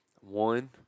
One